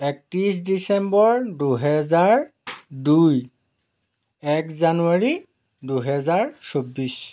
একত্ৰিছ ডিচেম্বৰ দুহেজাৰ দুই এক জানুৱাৰী দুহেজাৰ চৌব্বিছ